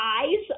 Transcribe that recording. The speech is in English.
eyes